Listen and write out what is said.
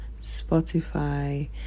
Spotify